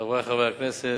חברי חברי הכנסת,